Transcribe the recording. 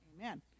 amen